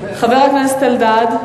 חבר הכנסת אלדד?